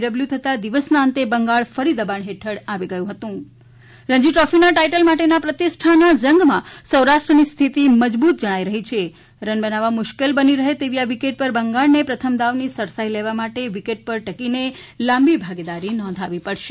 W થતા દિવસના અંતે બંગાળ ફરી દબાણ હેઠળ આવી ગયું હૃતું રણજી ટ્રોફીના ટાઇટલ માટેના આ પ્રતિષ્ઠાના જંગમાં સૌરાષ્ટ્રની સ્થિતિ મજબૂત જણાઈ રહી છે રન બનાવવા મુશ્કેલ બની રહે તેવી આ વિકેટ ઉપર બંગાળને પ્રથમ દાવની સરસાઈ લેવા માટે વિકેટ ઉપર ટકીને લાંબી ભાગીદારી નોંધાવવી પડશે